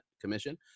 commission